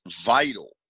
vital